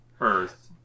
Earth